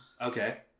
Okay